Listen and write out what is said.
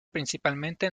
principalmente